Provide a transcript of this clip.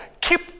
keep